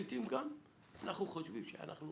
לעיתים גם אנחנו חושבים שאנחנו